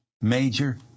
major